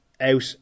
out